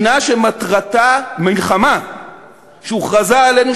מלחמה שהוכרזה עלינו,